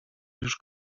już